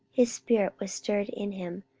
his spirit was stirred in him,